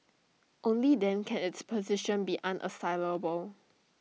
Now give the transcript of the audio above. only then can its position be unassailable